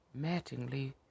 Mattingly